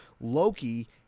Loki